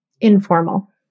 Informal